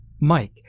Mike